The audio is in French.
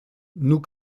nous